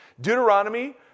Deuteronomy